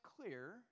clear